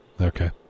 Okay